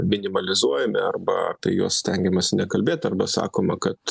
minimalizuojami arba tai juos stengiamasi nekalbėt arba sakoma kad